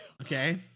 Okay